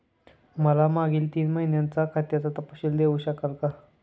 मला मागील तीन महिन्यांचा खात्याचा तपशील देऊ शकाल का?